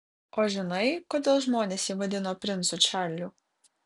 o žinai kodėl žmonės jį vadino princu čarliu